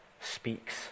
speaks